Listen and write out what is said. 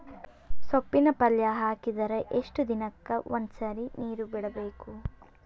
ಸೊಪ್ಪಿನ ಪಲ್ಯ ಹಾಕಿದರ ಎಷ್ಟು ದಿನಕ್ಕ ಒಂದ್ಸರಿ ನೀರು ಬಿಡಬೇಕು?